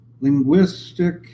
linguistic